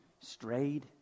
strayed